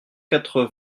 quatre